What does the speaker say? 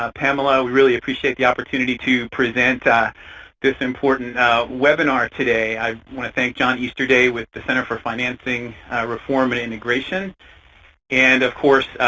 ah pamela. we really appreciate the opportunity to present this important webinar today. i want to thank john easterday with the center for financing reform and integration and, of course,